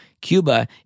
Cuba